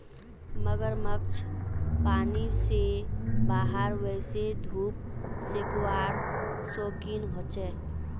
मगरमच्छ पानी से बाहर वोसे धुप सेकवार शौक़ीन होचे